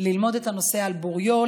ללמוד את הנושא על בוריו,